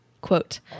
Quote